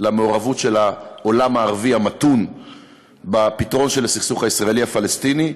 למעורבות של העולם הערבי המתון בפתרון של הסכסוך הישראלי הפלסטיני,